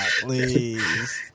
please